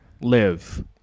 Live